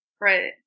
Right